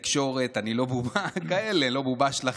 אני לא בובה שלכם, לא כלום.